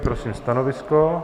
Prosím stanovisko.